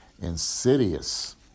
insidious